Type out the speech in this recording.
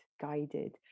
guided